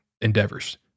endeavors